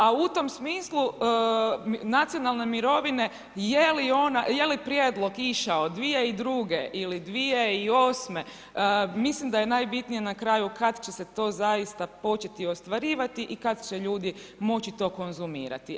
A u tom smislu, nacionalne mirovine je li prijedlog išao 2002. ili 2008. mislim da je najbitnije na kraju kad će se to zaista početi ostvarivati i kad će ljudi moći to konzumirati.